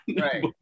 right